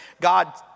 God